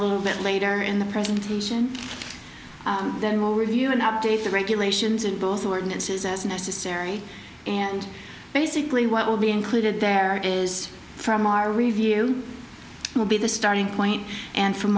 little bit later in the presentation then we'll review and update the regulations in both ordinances as necessary and basically what will be included there is from our review will be the starting point and from